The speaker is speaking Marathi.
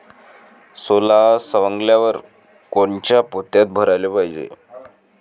सोला सवंगल्यावर कोनच्या पोत्यात भराले पायजे?